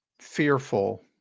Fearful